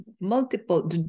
Multiple